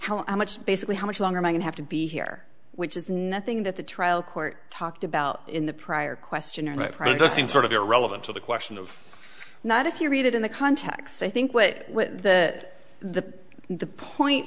know how much basically how much longer might have to be here which is nothing that the trial court talked about in the prior question or practicing sort of irrelevant to the question of not if you read it in the context i think what the the the point